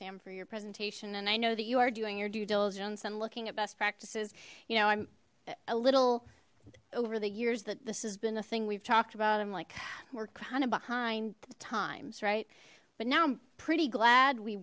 sam for your presentation and i know that you are doing your due diligence and looking at best practices you know i'm a little over the years that this has been a thing we've talked about i'm like we're kind of behind the times right but now i'm pretty glad we